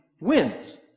wins